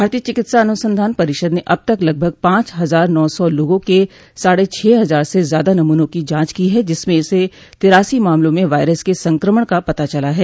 भारतीय चिकित्सा अनुसंधान परिषद ने अब तक लगभग पांच हजार नौ सौ लोगों के साढ़े छह हजार से ज्यादा नमूनों की जांच की है जिसमें से तिरासी मामलों में वायरस के संक्रमण का पता चला है